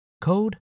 code